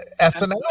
SNL